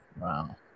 wow